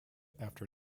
after